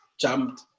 jumped